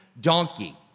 donkey